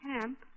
camp